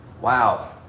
Wow